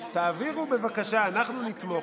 אנחנו נתמוך,